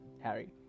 Harry